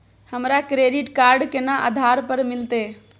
हमरा credit card केना आधार पर मिलते?